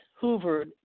hoovered